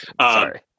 Sorry